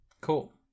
Cool